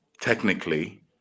technically